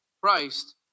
Christ